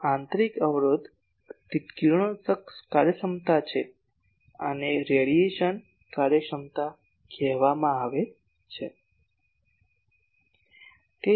જો આંતરિક અવરોધ તે કિરણોત્સર્ગ કાર્યક્ષમતા છે આને રેડિયેશન કાર્યક્ષમતા કહેવામાં આવે છે